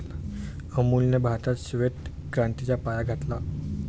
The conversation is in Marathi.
अमूलने भारतात श्वेत क्रांतीचा पाया घातला